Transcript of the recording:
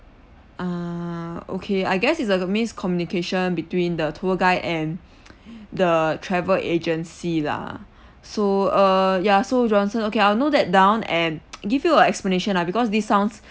ah okay I guess it's a miscommunication between the tour guide and the travel agency lah so err ya so johnson okay I'll note that down and give you a explanation ah because this sounds